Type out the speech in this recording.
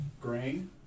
grain